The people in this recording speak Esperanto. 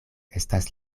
estas